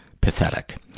Pathetic